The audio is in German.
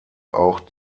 auch